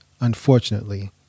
unfortunately